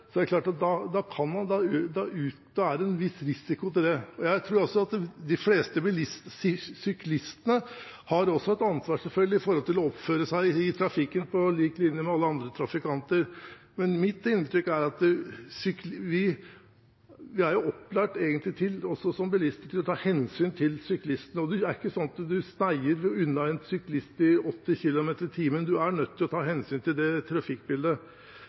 er det en viss risiko ved det. De fleste syklister har selvfølgelig et ansvar for å oppføre seg i trafikken, på lik linje med alle andre trafikanter. Mitt inntrykk er at vi egentlig er opplært til – som bilister – å ta hensyn til syklistene. Det er ikke slik at man sneier unna en syklist i 80 km/t – man er nødt til å ta hensyn til trafikkbildet. Det